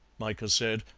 micah said,